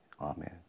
amen